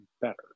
better